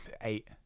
eight